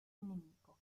nemico